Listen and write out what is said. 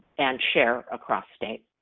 and share across state.